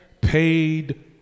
paid